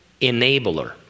enabler